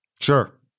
Sure